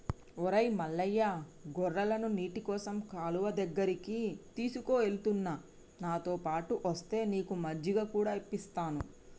ఒరై మల్లయ్య గొర్రెలను నీటికోసం కాలువ దగ్గరికి తీసుకుఎలుతున్న నాతోపాటు ఒస్తే నీకు మజ్జిగ కూడా ఇప్పిస్తాను